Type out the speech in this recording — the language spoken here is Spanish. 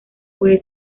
puede